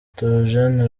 theogene